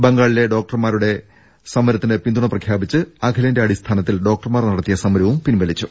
ബംഗാളിലെ ഡോക്ടർമാരുടെ സമരത്തിന് പിന്തുണ പ്രഖ്യാപിച്ച് അഖിലേന്ത്യാടിസ്ഥാനത്തിൽ ഡോക്ടർമാർ നടത്തിയ സമരവും പിൻവലിച്ചു